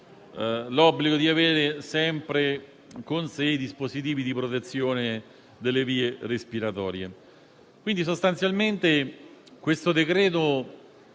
l'obbligo di avere sempre con sé dispositivi di protezione delle vie respiratorie. Sostanzialmente, questo decreto